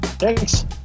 Thanks